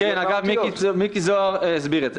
כן, אגב, מיקי זוהר הסביר את זה.